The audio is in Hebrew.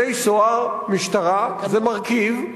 בתי-סוהר, משטרה, זה מרכיב,